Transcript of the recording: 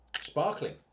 sparkling